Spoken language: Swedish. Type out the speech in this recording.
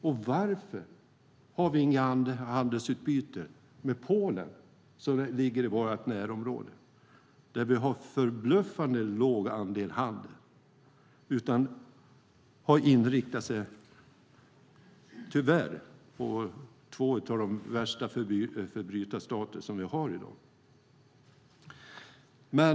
Och varför har vi inget handelsutbyte med Polen som ligger i vårt närområde där vi har en förbluffande låg andel handel? I stället har man, tyvärr, inriktat sig på två av de värsta förbrytarstater som vi har i dag.